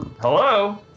Hello